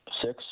six